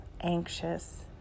anxious